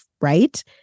right